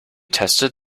tested